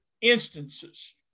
instances